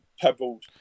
pebbled